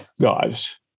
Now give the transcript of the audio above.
guys